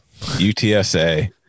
UTSA